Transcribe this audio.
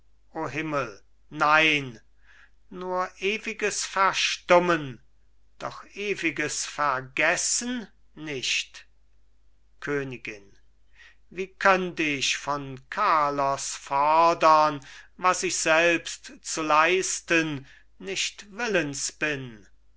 himmel nein nur ewiges verstummen doch ewiges vergessen nicht königin wie könnt ich von carlos fordern was ich selbst zu leisten nicht willens bin